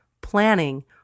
planning